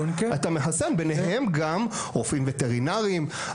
אתה מחסן ביניהם גם רופאים וטרינרים,